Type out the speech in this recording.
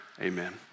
amen